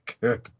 good